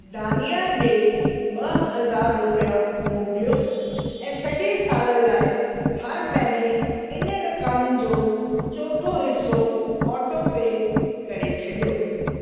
दानिआ ॾिए ॿ हज़ार रुपिया मोकिलियो ऐं सॼे साल लाइ हर महीने इन रक़म जो चोथो हिसो ऑटोपे करे छॾियो